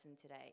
today